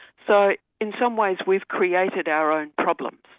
so in some ways we've created our own problems,